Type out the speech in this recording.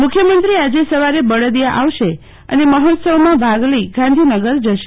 મુખ્યમંત્રી આજે સવારે બળદિયા આવશે અને મહોત્સવમાં ભાગ લઇ ગાંધીનગર જશે